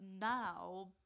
now